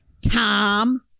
tom